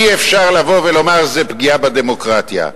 אי-אפשר לבוא ולומר: זו פגיעה בדמוקרטיה.